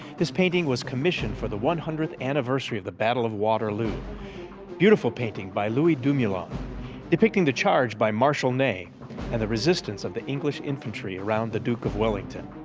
this painting was commissioned for the one hundredth anniversary of the battle of waterloo, a beautiful painting by louis dumoulin depicting the charge by marshal ney and the resistance of the english infantry around the duke of wellington.